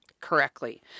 correctly